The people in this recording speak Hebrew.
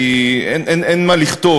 כי אין מה לכתוב,